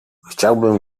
chciałbym